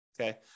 okay